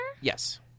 Yes